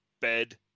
bed